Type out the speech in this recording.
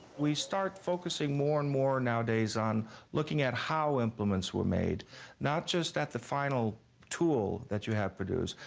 we start focusing more and more nowadays on looking at how implements were made not just at the final tool that you have produced,